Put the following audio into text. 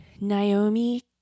naomi